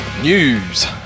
News